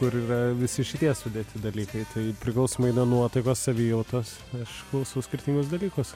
kur yra visi šitie sudėti dalykai tai priklausomai nuo nuotaikos savijautos aš klausau skirtingus dalykus